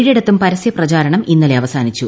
ഏഴിടത്തും പരസ്യപ്രചാരണം ഇന്നലെ അവസാനിച്ചു